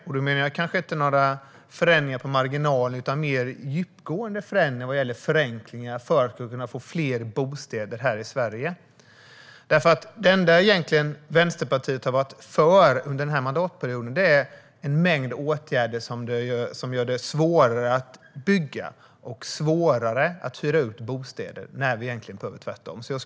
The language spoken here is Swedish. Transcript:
Jag menar inte förenklingar på marginalen utan mer djupgående förändringar vad gäller förenklingar för att vi ska kunna få fler bostäder i Sverige. Det enda Vänsterpartiet har varit för under denna mandatperiod är en mängd åtgärder som gör det svårare att bygga och svårare att hyra ut bostäder, när vi egentligen behöver ha det tvärtom.